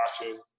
watching